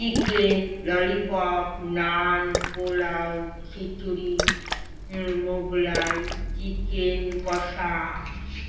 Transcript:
chicken lollipop naan pulao khichdi Mughlai chicken কষা